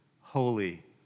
holy